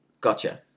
Gotcha